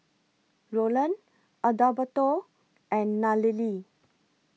Rolland Adalberto and Nallely